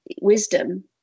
wisdom